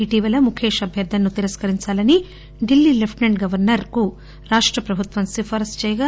ఇటీవల ముఖేష్ అభ్యర్గనను తిరస్కరించాలని ఢిల్లీ లెప్లిసెంట్ గవర్సర్ కు రాష్టప్రభుత్వం సిఫార్పు చేయగా